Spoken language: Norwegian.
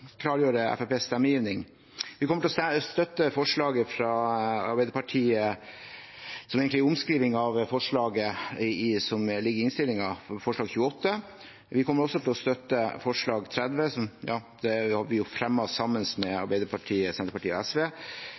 klargjøre Fremskrittspartiets stemmegivning. Vi kommer til å støtte forslag nr. 28, fra Arbeiderpartiet, som egentlig er en omskrivning av forslaget som ligger i innstillingen. Forslag nr. 30 har vi fremmet sammen med Arbeiderpartiet, Senterpartiet og SV.